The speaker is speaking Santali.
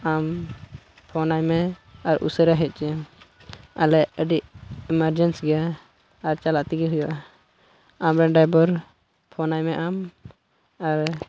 ᱟᱢ ᱯᱷᱳᱱᱟᱭ ᱢᱮ ᱟᱨ ᱩᱥᱟᱹᱨᱟ ᱦᱮᱡ ᱦᱚᱪᱚᱭᱮᱢ ᱟᱞᱮ ᱟᱹᱰᱤ ᱮᱢᱟᱨᱡᱮᱱᱥᱤ ᱜᱮᱭᱟ ᱟᱨ ᱪᱟᱞᱟᱜ ᱛᱮᱜᱮ ᱦᱩᱭᱩᱜᱼᱟ ᱟᱨ ᱟᱢᱨᱮᱱ ᱰᱟᱭᱵᱷᱟᱨ ᱯᱷᱳᱱ ᱟᱭ ᱢᱮ ᱟᱨ